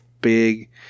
big